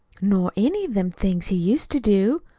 nor any of them things he used to do.